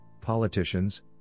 politicians